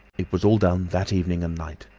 it was all done that evening and night.